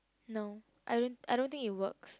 no I don't I don't think it works